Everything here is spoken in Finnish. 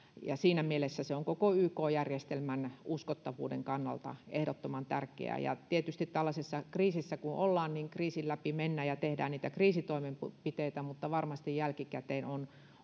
siinä mielessä se on koko yk järjestelmän uskottavuuden kannalta ehdottoman tärkeää tietysti tällaisessa kriisissä kun ollaan niin kriisin läpi mennään ja tehdään niitä kriisitoimenpiteitä mutta varmasti jälkikäteen on